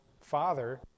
father